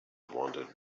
wanted